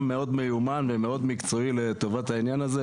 מאוד מיומן ומקצועי לטובת העניין הזה,